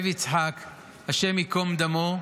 השם ייקום דמו,